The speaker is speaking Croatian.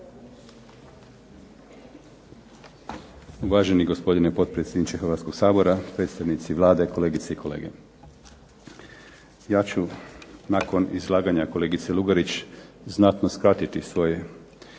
Uvaženi gospodine potpredsjedniče Hrvatskog sabora, predstavnici Vlade, kolegice i kolege. Ja ću nakon izlaganja kolegice Lugarić znatno skratiti svoje